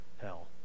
hell